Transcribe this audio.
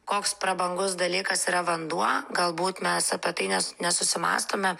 koks prabangus dalykas yra vanduo galbūt mes apie tai net nesusimąstome